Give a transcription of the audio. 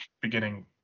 beginning